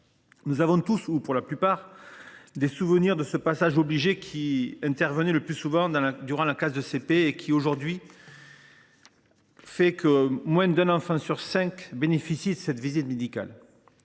Nous avons tous, ou la plupart d’entre nous, des souvenirs de ce passage obligé, qui intervenait le plus souvent durant la classe de CP, alors que, aujourd’hui, moins d’un enfant sur cinq bénéficie de cette visite médicale,